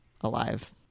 alive